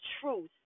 truth